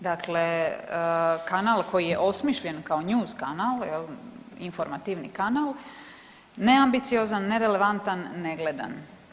Dakle, kanal koji je osmišljen kao njuz kanal, dakle informativni kanal neambiciozan, nerelevantan, negledan.